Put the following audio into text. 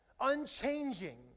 Unchanging